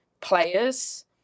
players